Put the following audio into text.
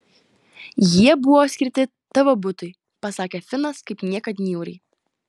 jie buvo skirti tavo butui pasakė finas kaip niekad niūriai